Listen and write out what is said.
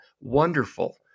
wonderful